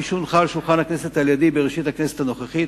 כפי שהונחה על שולחן הכנסת על-ידי בראשית הכנסת הנוכחית,